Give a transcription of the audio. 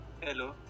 hello